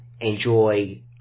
enjoy